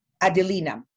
Adelina